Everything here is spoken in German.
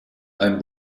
ein